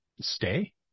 stay